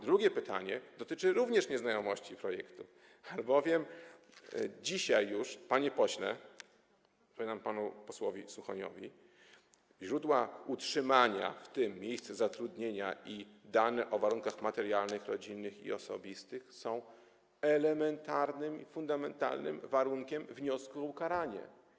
Drugie pytanie również wynika z nieznajomości projektu, albowiem dzisiaj już, panie pośle - odpowiadam panu posłowi Suchoniowi - informacje o źródłach utrzymania, w tym o miejscu zatrudnienia, i dane o warunkach materialnych, rodzinnych i osobistych są elementarnym i fundamentalnym warunkiem wniosku o ukaranie.